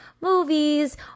movies